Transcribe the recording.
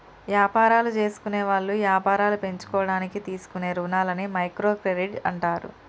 యాపారాలు జేసుకునేవాళ్ళు యాపారాలు పెంచుకోడానికి తీసుకునే రుణాలని మైక్రో క్రెడిట్ అంటారు